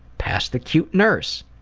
past the cute nurse.